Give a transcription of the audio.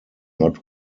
not